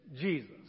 Jesus